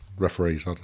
Referees